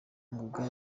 ngoga